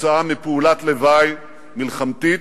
כתוצאה מפעולת לוואי מלחמתית,